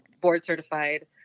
board-certified